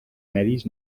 medis